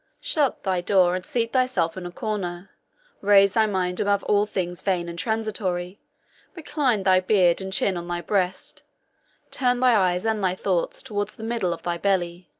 shut thy door, and seat thyself in a corner raise thy mind above all things vain and transitory recline thy beard and chin on thy breast turn thy eyes and thy thoughts toward the middle of thy belly,